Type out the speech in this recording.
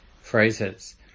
phrases